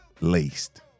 Laced